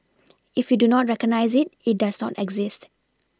if you do not recognise it it does not exist